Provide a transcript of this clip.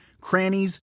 crannies